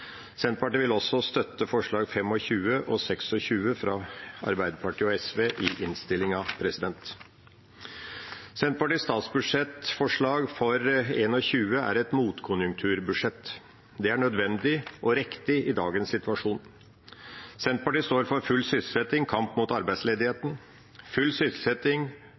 Senterpartiet vil også støtte forslagene nr. 25 og 26, fra Arbeiderpartiet og SV, i innstillinga. Senterpartiets statsbudsjettforslag for 2021 er et motkonjunkturbudsjett. Det er nødvendig og riktig i dagens situasjon. Senterpartiet står for full sysselsetting og kamp mot arbeidsledigheten. Full sysselsetting,